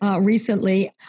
Recently